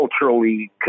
culturally